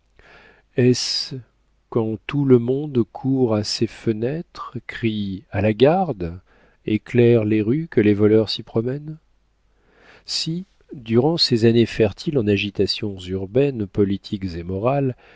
est-ce quand tout le monde court à ses fenêtres crie a la garde éclaire les rues que les voleurs s'y promènent si durant ces années fertiles en agitations urbaines politiques et morales